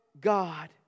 God